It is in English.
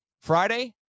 Friday